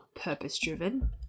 purpose-driven